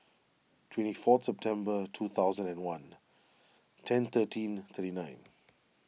twenty four September two thousand and one ten thirteen thirty nine